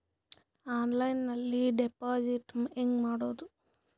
ಆನ್ಲೈನ್ನಲ್ಲಿ ಡೆಪಾಜಿಟ್ ಹೆಂಗ್ ಮಾಡುದು?